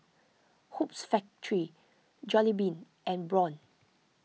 Hoops Factory Jollibee and Braun